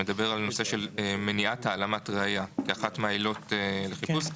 מדבר על הנושא של מניעת העלמת ראיה כאחת מהעילות לחיפוש.